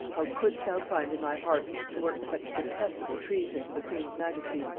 how couldst thou find in thy heart to work such detestable treason to the queen's majesty,